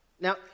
Now